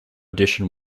addition